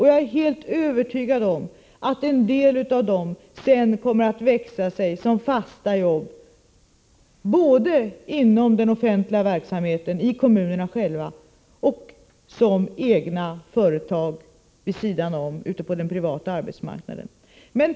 Jag är helt övertygad om att en del av dem kommer att växa ut och bli fasta jobb både inom den offentliga verksamheten, i kommunerna själva, och som egna företag ute på den privata arbetsmarknaden.